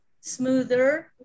smoother